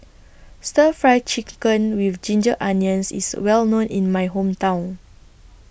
Stir Fry Chicken with Ginger Onions IS Well known in My Hometown